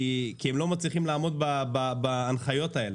כי הם לא מצליחים לעמוד בהנחיות האלה.